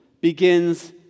begins